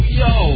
yo